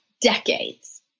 decades